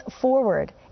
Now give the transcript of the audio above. forward